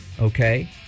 Okay